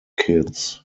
kids